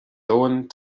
domhain